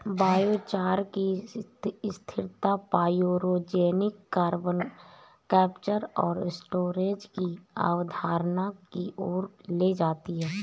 biochar की स्थिरता pyrogenic carbon capture और स्टोरेज की अवधारणा की ओर ले जाती है